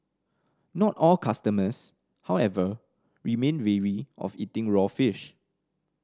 not all customers however remain wary of eating raw fish